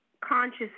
conscious